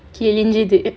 கிழிஞ்சிது:kilinchithu